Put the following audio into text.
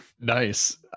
nice